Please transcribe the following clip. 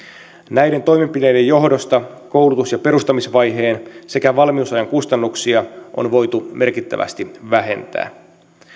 näiden toimenpiteiden johdosta koulutus ja perustamisvaiheen sekä valmiusajan kustannuksia on voitu merkittävästi vähentää